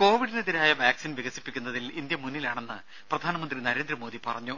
കോവിഡിനെതിരായ വാക്സിൻ വികസിപ്പിക്കുന്നതിൽ ഇന്ത്യ മുന്നിലാണെന്ന് പ്രധാനമന്ത്രി നരേന്ദ്രമോദി പറഞ്ഞു